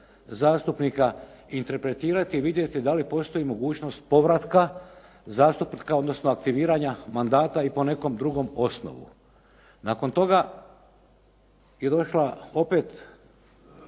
zastupnika interpretirati i vidjeti da li postoji mogućnost povratka zastupnika, odnosno aktiviranja mandata i po nekom drugom osnovu. Nakon toga je došla opet